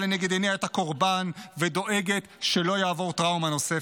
לנגד עיניה את הקורבן ודואגת שלא יעבור טראומה נוספת.